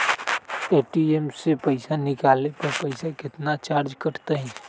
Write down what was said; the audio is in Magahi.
ए.टी.एम से पईसा निकाले पर पईसा केतना चार्ज कटतई?